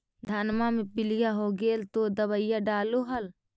धनमा मे पीलिया हो गेल तो दबैया डालो हल?